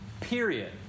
period